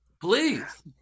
please